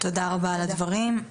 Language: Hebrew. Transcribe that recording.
תודה רבה על הדברים.